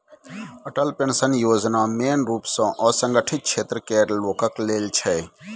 Atal pension योजना मेन रुप सँ असंगठित क्षेत्र केर लोकक लेल छै